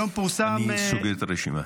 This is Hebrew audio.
אני סוגר את הרשימה.